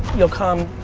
you'll come,